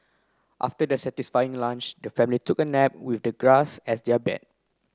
after their satisfying lunch the family took a nap with the grass as their bed